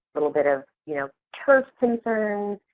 a little bit of you know turf concerns,